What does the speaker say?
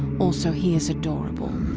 also, he is adorable,